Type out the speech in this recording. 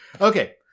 okay